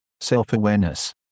self-awareness